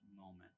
moment